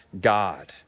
God